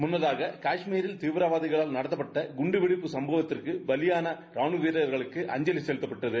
முன்னதாக கஷ்மீரில் தீவிரவாதிகளால் நடத்தப்பட்ட குண்டுவெடிப்பு சம்பவத்திற்கு பலியான ராணுவ வீரர்களுக்கு அஞ்சலி செலுத்தப்பட்டன